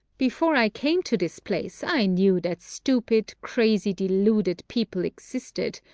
before i came to this place i knew that stupid, crazy, deluded people existed,